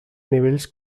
nivells